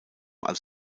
als